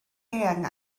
eang